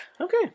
Okay